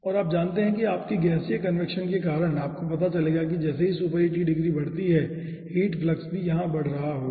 और आप जानते हैं कि आपके गैसीय कन्वेक्शन के कारण आपको पता चलेगा कि जैसे ही सुपरहीट की डिग्री बढ़ती है हीट फ्लक्स भी यहाँ बढ़ रहा होगा